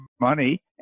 money